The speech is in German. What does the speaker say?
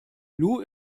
lou